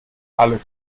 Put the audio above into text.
alle